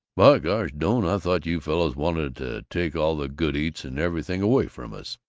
but gosh, doane, i thought you fellows wanted to take all the good eats and everything away from us.